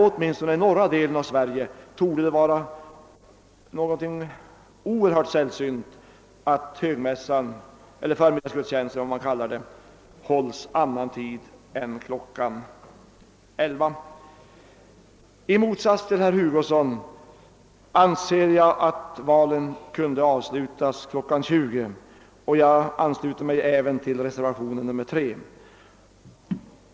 Åtminstone i norra delen av Sverige torde det dock vara oerhört sällsynt att högmässan eller förmiddagsgudstjänsten — vad man nu kallar den — hålls annan tid än kl. 11. I motsats till herr Hugosson anser jag att valen kunde avslutas kl. 20, och jag ansluter mig även till reservationen 3.